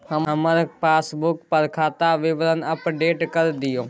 हमर पासबुक पर खाता विवरण अपडेट कर दियो